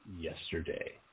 yesterday